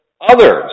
others